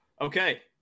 okay